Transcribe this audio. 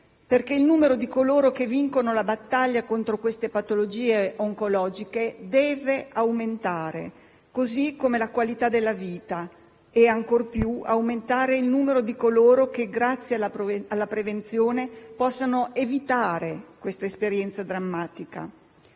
perché il numero di coloro che vincono la battaglia contro queste patologie oncologiche deve aumentare, così come la qualità della vita. Ancor più deve aumentare il numero di coloro che, grazie alla prevenzione, possano evitare questa esperienza drammatica.